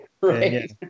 Right